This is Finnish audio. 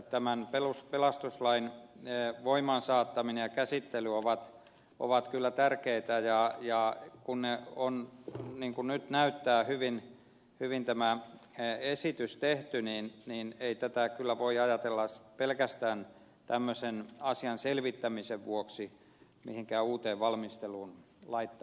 tämän pelastuslain voimaan saattaminen ja käsittely ovat kyllä tärkeitä ja kun tämä esitys on niin kuin nyt näyttää hyvin tehty niin ei tätä kyllä voi ajatella pelkästään tämmöisen asian selvittämisen vuoksi mihinkään uuteen valmisteluun laittaa